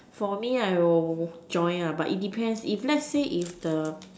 for me I will join ah it depends let's say if the